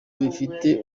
bifite